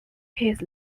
his